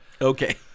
okay